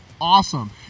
awesome